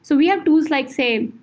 so we have tools like, say,